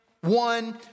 one